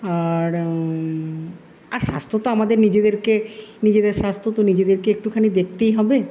আর আর স্বাস্থ্য তো আমাদের নিজেদেরকে নিজেদের স্বাস্থ্য তো নিজেদেরকে একটুখানি দেখতেই হবে